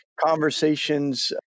conversations